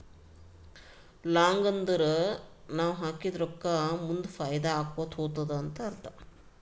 long ಅಂದುರ್ ನಾವ್ ಹಾಕಿದ ರೊಕ್ಕಾ ಮುಂದ್ ಫೈದಾ ಆಕೋತಾ ಹೊತ್ತುದ ಅಂತ್ ಅರ್ಥ